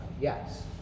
Yes